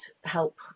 help